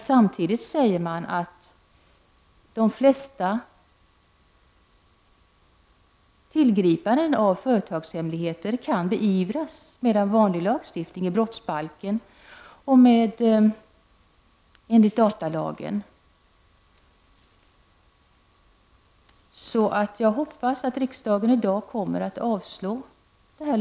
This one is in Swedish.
Samtidigt säger man emellertid att de flesta tillgrepp av företagshemligheter kan beivras med hjälp av lagstiftning i brottsbalken och reglerna i datalagen. Jag hoppas att riksdagen i dag kommer att avslå förslaget.